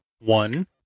One